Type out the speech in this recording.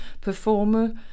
performer